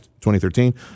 2013